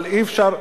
אבל אי-אפשר,